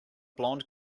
blonde